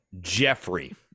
Jeffrey